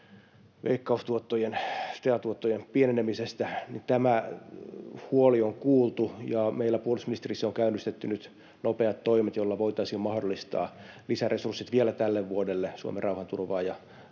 veikkaustuottojen, STEA-tuottojen pienenemisestä. Tämä huoli on kuultu, ja meillä puolustusministeriössä on käynnistetty nyt nopeat toimet, joilla voitaisiin mahdollistaa lisäresurssit vielä tälle vuodelle Suomen Rauhanturvaajaliitolle.